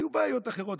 היו בעיות אחרות,